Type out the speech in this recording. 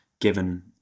given